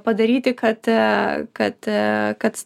padaryti kad kad kad